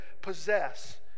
possess